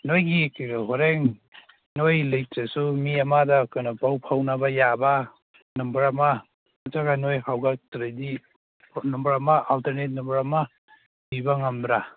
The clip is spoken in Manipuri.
ꯅꯣꯏꯒꯤ ꯀꯩꯅꯣ ꯍꯣꯔꯦꯟ ꯅꯣꯏ ꯂꯩꯇ꯭ꯔꯁꯨ ꯃꯤ ꯑꯃꯗ ꯀꯅꯣ ꯄꯥꯎ ꯐꯥꯎꯅꯕ ꯌꯥꯕ ꯅꯝꯕꯔ ꯑꯃ ꯅꯠꯇꯔꯒ ꯅꯣꯏ ꯍꯧꯒꯠꯇ꯭ꯔꯗꯤ ꯅꯝꯕꯔ ꯑꯃ ꯑꯜꯇꯔꯅꯦꯠ ꯅꯝꯕꯔ ꯑꯃ ꯄꯤꯕ ꯉꯝꯕ꯭ꯔ